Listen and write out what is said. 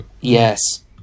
Yes